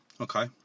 Okay